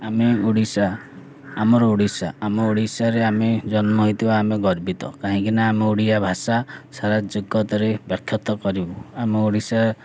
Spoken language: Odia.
ଆମେ ଓଡ଼ିଶା ଆମର ଓଡ଼ିଶା ଆମ ଓଡ଼ିଶାରେ ଆମେ ଜନ୍ମ ହେଇଥିବା ଆମେ ଗର୍ବିତ କାହିଁକିନା ଆମେ ଓଡ଼ିଆ ଭାଷା ସାରା ଜଗତରେ ବିଖ୍ୟାତ କରିବୁ ଆମ ଓଡ଼ିଶା